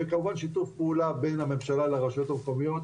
וכמובן שיתוף פעולה בין הממשלה לרשויות המקומיות.